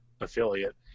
affiliate